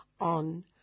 on